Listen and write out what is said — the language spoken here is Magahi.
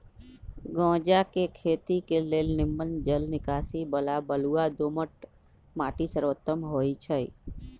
गञजा के खेती के लेल निम्मन जल निकासी बला बलुआ दोमट माटि सर्वोत्तम होइ छइ